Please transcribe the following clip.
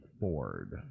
Ford